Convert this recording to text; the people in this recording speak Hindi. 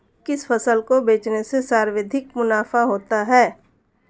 किस फसल को बेचने से सर्वाधिक मुनाफा होता है?